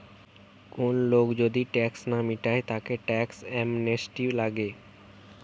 কোন লোক যদি ট্যাক্স না মিটায় তাকে ট্যাক্স অ্যামনেস্টি লাগে